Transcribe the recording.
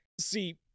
See